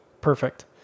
Perfect